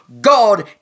God